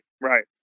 right